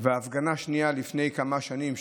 והפגנה שנייה לפני כמה שנים,